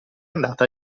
andata